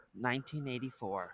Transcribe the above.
1984